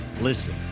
Listen